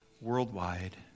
worldwide